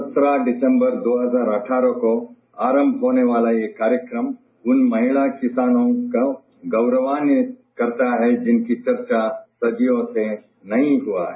सत्रह दिसंबर दो हजार अठारह को आरंभ होने वाला ये कार्यक्रम उन महिला किसानों को गौरवांवित करता है जिनकी चर्चा सदियों से नहीं हुई है